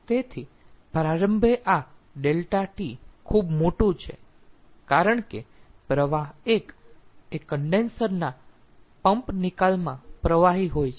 તેથી પ્રારંભે આ ∆T ખૂબ મોટું છે કારણ કે પ્રવાહ 1 એ કન્ડેન્સર ના પંપ નિકાલમાં પ્રવાહી હોય છે